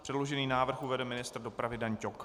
Předložený návrh uvede ministr dopravy Dan Ťok.